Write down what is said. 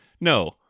no